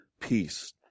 peace